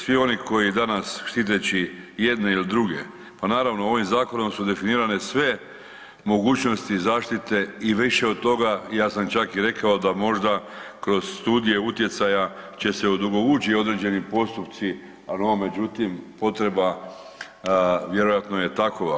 Svi oni koji danas štiteći jedne ili druge, pa naravno ovim zakonom su definirane sve mogućnosti zaštite i više od toga, ja sam čak i rekao da možda kroz studije utjecaja će se odugovuć i određeni postupci no međutim potreba vjerojatno je takova.